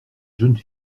jeune